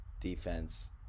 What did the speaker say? defense